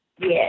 Yes